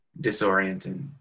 disorienting